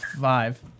Five